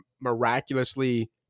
miraculously